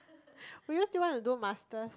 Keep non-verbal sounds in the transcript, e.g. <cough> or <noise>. <laughs> we used to want to do Masters